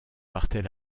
partait